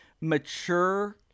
mature